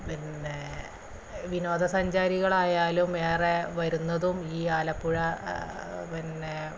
പിന്നെ വിനോദസഞ്ചാരികളായാലും ഏറെ വരുന്നതും ഈ ആലപ്പുഴ പിന്നെ